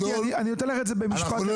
אתי, אני אתן לך את זה במשפט אחד.